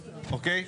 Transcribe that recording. אוקיי?